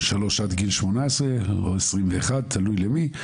שלוש עד גיל 18, או 21, תלוי למי.